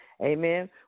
Amen